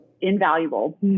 invaluable